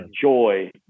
joy